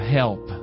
help